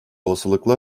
olasılıkla